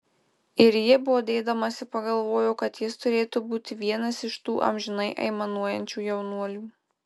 ir ji bodėdamasi pagalvojo kad jis turėtų būti vienas iš tų amžinai aimanuojančių jaunuolių